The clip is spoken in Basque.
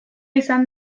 izan